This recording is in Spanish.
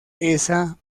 esa